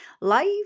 Life